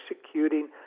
executing